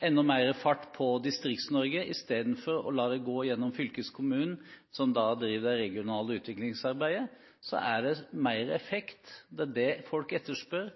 enda mer fart på Distrikts-Norge, i stedet for å la det gå gjennom fylkeskommunen, som driver det regionale utviklingsarbeidet – og det gir mer effekt, det er det folk etterspør.